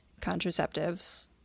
contraceptives